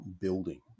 building